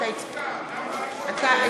לא הוזכר, גם בראשונה וגם בשנייה.